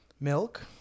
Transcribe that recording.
Milk